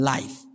Life